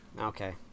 Okay